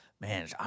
Man